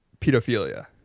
pedophilia